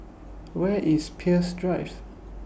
Where IS Peirce Drive